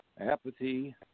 Apathy